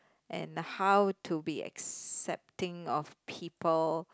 and how to be accepting of people